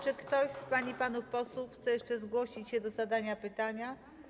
Czy ktoś z pań i panów posłów chce jeszcze zgłosić się do zadania pytania?